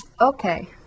Okay